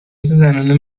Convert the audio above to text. زنونه